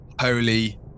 holy